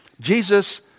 Jesus